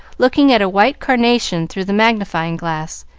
looking at a white carnation through the magnifying glass,